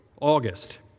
August